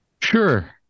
sure